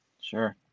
Sure